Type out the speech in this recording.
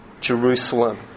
Jerusalem